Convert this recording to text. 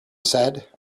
said